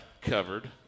covered